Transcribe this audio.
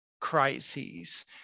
crises